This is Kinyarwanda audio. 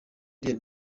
iriya